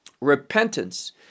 repentance